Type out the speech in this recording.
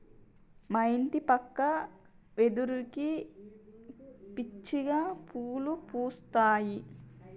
మా ఇంటి పక్క వెదురుకి పిచ్చిగా పువ్వులు పూస్తాయి